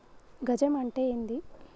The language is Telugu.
గజం అంటే ఏంది?